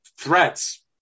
threats